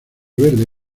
verde